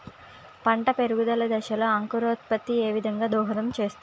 పంట పెరుగుదల దశలో అంకురోత్ఫత్తి ఏ విధంగా దోహదం చేస్తుంది?